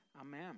Amen